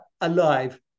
alive